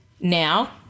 Now